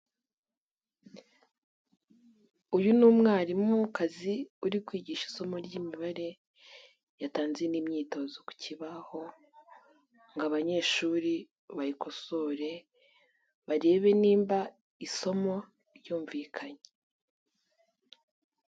Uyu ni umwarimukazi uri kwigisha isomo ry'imibare yatanze n'imyitozo ku kibaho, ngo abanyeshuri bayikosore barebe nimba isomo ryumvikanye.